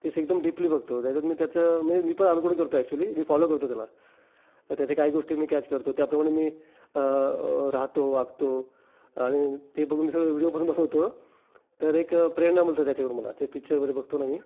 तेच एकदम डीपली बघतो त्याच्यात मी त्याचं म्हणजे मी पण अनुकरण करतो ॲक्च्युली मी फॉलो करतो त्याला तर त्याच्या काही गोष्टी मी कॅच करतो त्याप्रमाणं मी राहातो वागतो आणि ते बघून सगळे व्हिडिओपसून बनवतो तर एक प्रेरणा मिळते त्याच्याकडून मला ते पिच्चर वगैरे बघतो ना मी